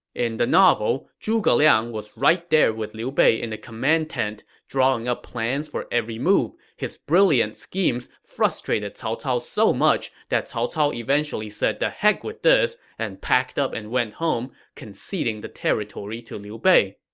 in the novel, zhuge liang was right there with liu bei in the command tent, drawing up plans for every move. his brilliant schemes frustrated cao cao so much that cao cao eventually said the heck with this and packed up and went home, conceding the territory to liu bei